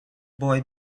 boy